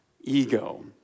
ego